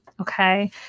Okay